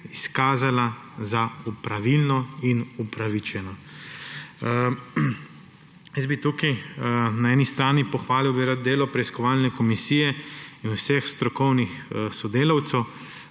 izkazalo za pravilno in upravičeno. Jaz bi tukaj na eni strani pohvalil delo preiskovalne komisije in vseh strokovnih sodelavcev.